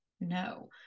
no